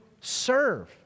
serve